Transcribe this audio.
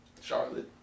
Charlotte